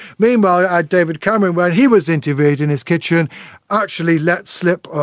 meanwhile yeah ah david cameron when he was interviewed in his kitchen actually let slip,